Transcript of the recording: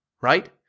right